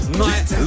night